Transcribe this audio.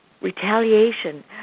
retaliation